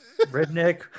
Redneck